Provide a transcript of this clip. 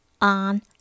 on